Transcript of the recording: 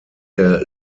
der